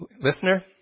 listener